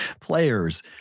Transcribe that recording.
players